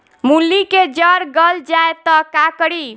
मूली के जर गल जाए त का करी?